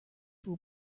will